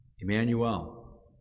Emmanuel